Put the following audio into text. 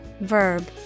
verb